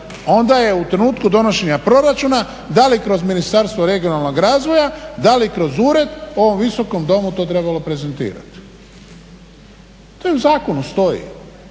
onda je u trenutku donošenja proračuna da li kroz Ministarstvo regionalnog razvoja, da li kroz ured ovom Visokom domu to trebalo prezentirati. To u zakonu stoji.